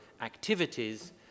activities